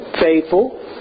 faithful